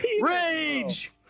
Rage